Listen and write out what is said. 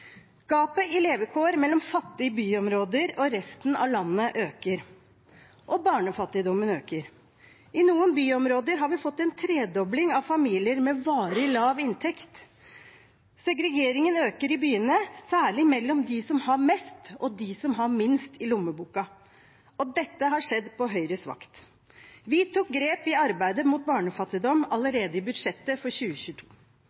Gapet i levekår mellom fattige byområder og resten av landet øker, og barnefattigdommen øker. I noen byområder har vi fått en tredobling av familier med varig lav inntekt. Segregeringen øker i byene, særlig mellom dem som har mest og dem som har minst i lommeboken – og dette har skjedd på Høyres vakt. Vi tok grep i arbeidet mot barnefattigdom